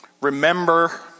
Remember